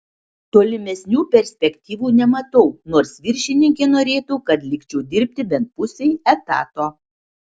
tolimesnių perspektyvų nematau nors viršininkė norėtų kad likčiau dirbti bent pusei etato